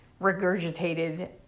regurgitated